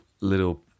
little